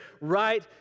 right